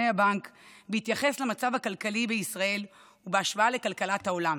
הבנק בהתייחס למצב הכלכלי בישראל ובהשוואה לכלכלת העולם.